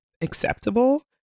acceptable